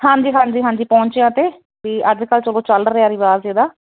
ਹਾਂਜੀ ਹਾਂਜੀ ਹਾਂਜੀ ਪੌਂਚਿਆਂ 'ਤੇ ਵੀ ਅੱਜ ਕੱਲ੍ਹ ਚਲੋ ਚੱਲ ਰਿਹਾ ਰਿਵਾਜ਼ ਇਹਦਾ